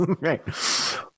Right